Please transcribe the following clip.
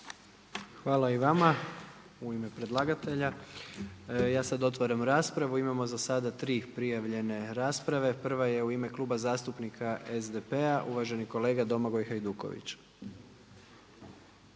Hvala i vama u ime predlagatelja. Ja sada otvaram raspravu. Imamo za sada tri prijavljene rasprave. Prva je u ime Kluba zastupnika SDP-a uvaženi kolega Domagoj Hajduković.